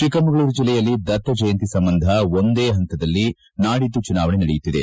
ಚಿಕ್ಕಮಗಳೂರು ಜಿಲ್ಲೆಯಲ್ಲಿ ದತ್ತ ಜಯಂತಿ ಸಂಬಂಧ ಒಂದೇ ಹಂತದಲ್ಲಿ ನಾಡಿದ್ದು ಚುನಾವಣೆ ನಡೆಯುತ್ತಿದೆ